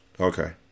okay